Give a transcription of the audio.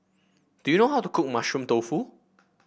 do you know how to cook Mushroom Tofu